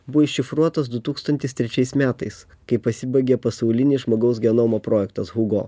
buvo iššifruotas du tūkstantis trečiais metais kai pasibaigė pasaulinis žmogaus genomo projektas hugo